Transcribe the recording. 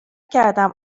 کردم